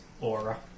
aura